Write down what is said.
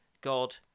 God